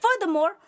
furthermore